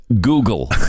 Google